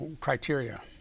criteria